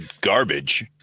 garbage